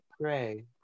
pray